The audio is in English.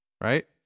Right